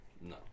No